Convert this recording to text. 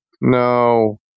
No